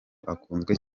akunzwe